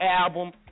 album